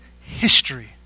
history